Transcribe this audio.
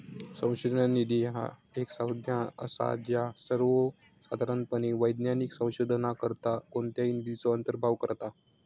संशोधन निधी ह्या एक संज्ञा असा ज्या सर्वोसाधारणपणे वैज्ञानिक संशोधनाकरता कोणत्याही निधीचो अंतर्भाव करता